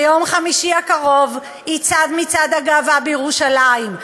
ביום חמישי הקרוב יצעד מצעד הגאווה בירושלים.